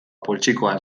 poltsikoan